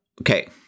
okay